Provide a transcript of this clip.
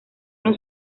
nos